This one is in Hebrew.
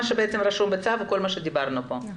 מה שבעצם רשום בצו וכל מה שדיברנו עליו כאן.